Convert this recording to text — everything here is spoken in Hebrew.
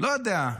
לא יודע.